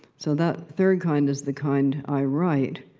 so, that third kind is the kind i write.